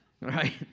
right